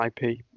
ip